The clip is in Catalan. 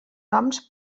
noms